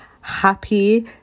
happy